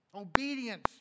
obedience